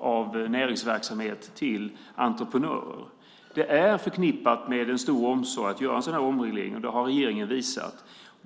av näringsverksamhet till entreprenörer. Det är förknippat med stor omsorg att göra en sådan här omreglering, och det har regeringen visat.